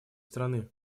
страны